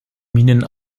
minen